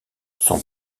son